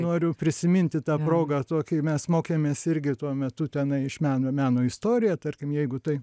noriu prisiminti ta proga tokį mes mokėmės irgi tuo metu tenai iš meno meno istoriją tarkim jeigu tai